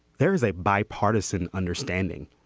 there is a bipartisan understanding